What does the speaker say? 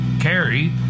Carrie